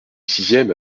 sixième